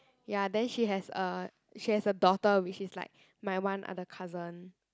ya then she has a she has a daughter which is like my one other cousin